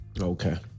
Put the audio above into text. Okay